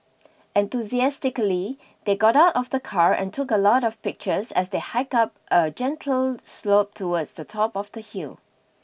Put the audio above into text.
enthusiastically they got out of the car and took a lot of pictures as they hiked up a gentle slope towards the top of the hill